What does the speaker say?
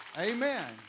Amen